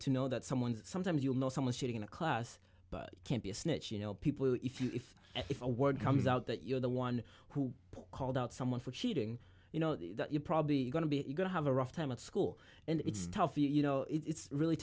to know that someone's sometimes you'll know someone cheating in a class but can't be a snitch you know people if you if a word comes out that you're the one who called out someone for cheating you know you're probably going to be going to have a rough time at school and it's tough you know it's really